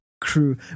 crew